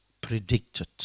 predicted